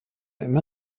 immer